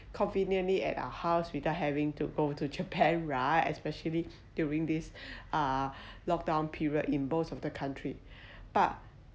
conveniently at our house without having to go to japan right especially during this uh locked down period in both of the country but